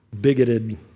bigoted